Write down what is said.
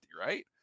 right